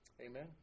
Amen